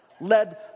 led